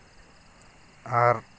ᱟᱨ